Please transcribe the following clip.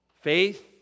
faith